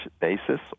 basis